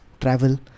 travel